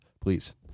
Please